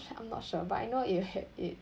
I'm not sure but I know it had it